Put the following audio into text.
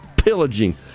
pillaging